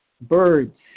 birds